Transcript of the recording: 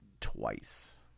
twice